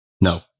no